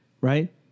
Right